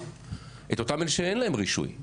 אלה שאין להם רישוי,